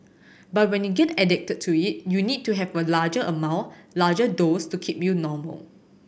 but when you get addicted to it you need to have a larger amount larger dose to keep you normal